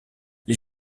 les